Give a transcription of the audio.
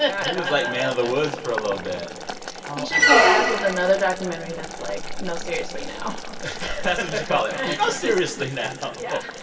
yeah was like man of the woods for a little bit. he should come back with another documentary that's like, no, seriously, now that's like ah like ah seriously, now yeah